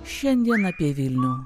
šiandien apie vilnių